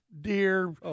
deer